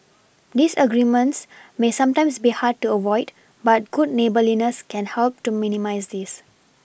disagreements may sometimes be hard to avoid but good neighbourliness can help to minimise this